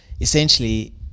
essentially